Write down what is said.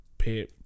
pay